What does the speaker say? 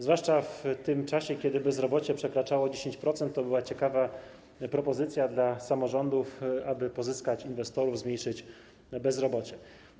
Zwłaszcza w tym czasie, kiedy bezrobocie przekraczało 10%, to była ciekawa propozycja dla samorządów, aby pozyskać inwestorów, zmniejszyć bezrobocie.